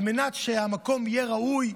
על מנת שהמקום יהיה ראוי,